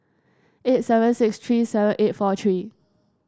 eight seven six three seven eight four three